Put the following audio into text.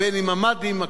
מקלטים.